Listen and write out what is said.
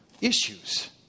issues